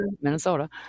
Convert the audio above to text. minnesota